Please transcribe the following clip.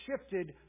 shifted